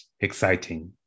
exciting